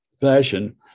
fashion